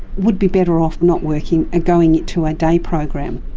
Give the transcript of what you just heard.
would be better off not working and going to a day program.